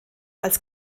als